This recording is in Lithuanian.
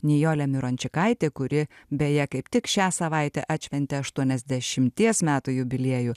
nijolė mirončikaitė kuri beje kaip tik šią savaitę atšventė aštuoniasdešimties metų jubiliejų